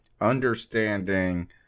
understanding